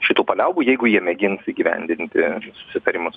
šitų paliaubų jeigu jie mėgins įgyvendinti susitarimus